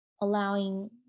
allowing